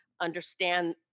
understand